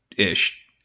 ish